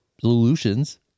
solutions